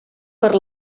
per